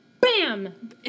BAM